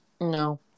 no